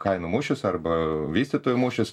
kainų mūšis arba vystytojų mūšis